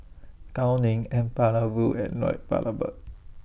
Gao Ning N Palanivelu and Lloyd Valberg